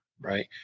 Right